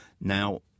now